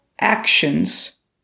actions